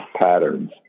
patterns